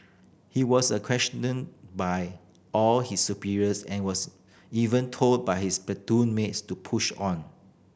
he was a questioned by all his superiors and was even told by his platoon mates to push on